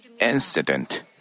incident